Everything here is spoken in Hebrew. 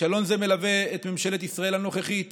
כישלון זה מלווה את ממשלת ישראל הנוכחית